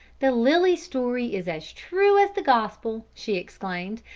the lily story is as true as the gospel! she exclaimed,